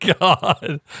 god